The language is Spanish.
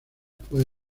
puede